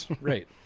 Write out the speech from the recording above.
Right